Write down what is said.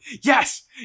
Yes